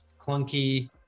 clunky